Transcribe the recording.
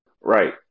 Right